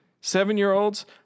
Seven-year-olds